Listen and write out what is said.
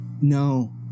no